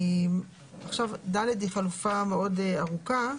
פסקה (ד) היא חלופה מאוד ארוכה.